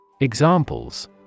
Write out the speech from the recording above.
Examples